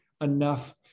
enough